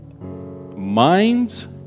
minds